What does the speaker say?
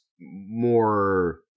more